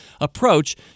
approach